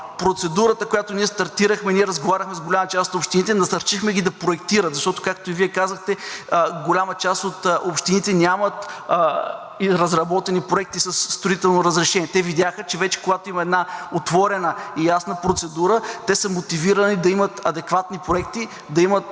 процедурата, която Вие стартирахте, ние разговаряхме с голяма част от общините, насърчихме ги да проектират. Защото, както и Вие казахте, голяма част от общините нямат и разработени проекти със строително разрешение. Те видяха, че вече, когато има една отворена и ясна процедура, те са мотивирани да имат адекватни проекти, да имат